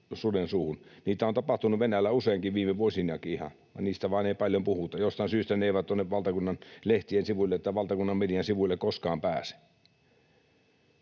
Niitä on tapahtunut Venäjällä useinkin, viime vuosinakin ihan, niistä vain ei paljon puhuta. Jostain syystä ne eivät tuonne valtakunnan median sivuille koskaan pääse.